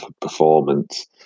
performance